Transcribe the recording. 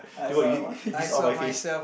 do what you saw my face